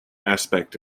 aspect